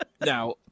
Now